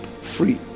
free